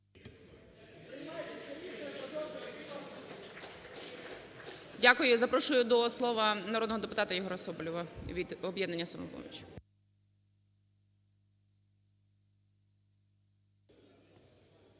Дякую. Я запрошую до слова народного депутата Єгора Соболєва від "Об'єднання "Самопоміч".